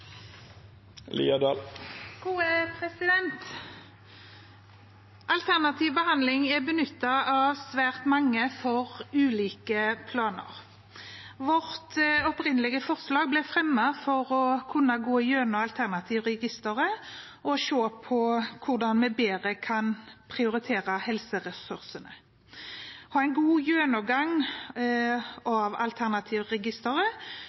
Alternativ behandling er benyttet av svært mange for ulike plager. Vårt opprinnelige forslag ble fremmet for å kunne gå igjennom alternativregisteret og se på hvordan vi bedre kan prioritere helseressursene. Vi ville ha en god gjennomgang